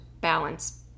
balance